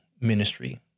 ministry